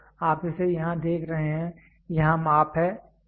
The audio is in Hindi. तो आप इसे यहाँ देख रहे हैं यहाँ माप है